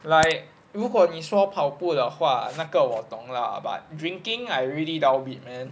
like 如果你说跑步的话那个我懂 lah about drinking I really doubt it man